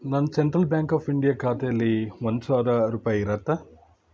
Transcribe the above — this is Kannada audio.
ನನ್ನ ಸೆಂಟ್ರಲ್ ಬ್ಯಾಂಕ್ ಆಫ್ ಇಂಡಿಯಾ ಖಾತೆಲಿ ಒಂದು ಸಾವಿರ ರೂಪಾಯಿ ಇರುತ್ತಾ